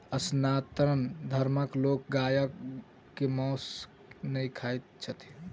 सनातन धर्मक लोक गायक मौस नै खाइत छथि